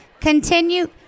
continue